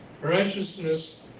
righteousness